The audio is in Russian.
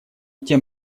тем